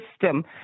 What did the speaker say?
system